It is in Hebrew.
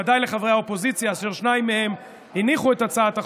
ודאי לחברי האופוזיציה אשר שניים מהם הניחו את הצעת החוק,